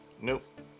Nope